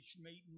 meeting